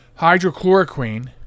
hydrochloroquine